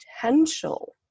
potential